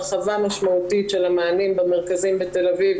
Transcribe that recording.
הרחבה משמעותית של המענים במרכזים - בתל אביב,